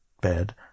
bed